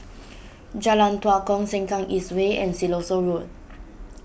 Jalan Tua Kong Sengkang East Way and Siloso Road